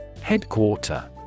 Headquarter